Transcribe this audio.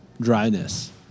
Dryness